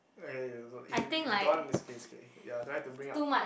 eh don't don't if you if you don't want it's okay it's okay ya don't have to bring up